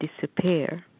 disappear